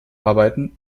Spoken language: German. arbeiten